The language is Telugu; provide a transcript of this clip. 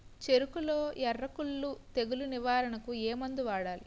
చెఱకులో ఎర్రకుళ్ళు తెగులు నివారణకు ఏ మందు వాడాలి?